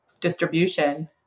distribution